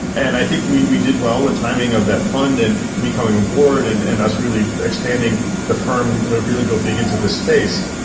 and i think we we did well with the timing of that fund and me coming aboard and and us really expanding the firm to really go big into this space.